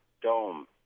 dome